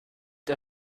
der